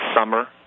summer